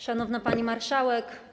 Szanowna Pani Marszałek!